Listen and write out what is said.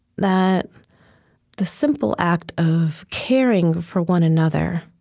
that the simple act of caring for one another,